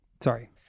sorry